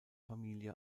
familie